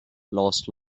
last